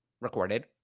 recorded